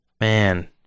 man